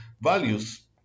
values